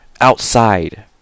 outside